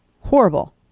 Horrible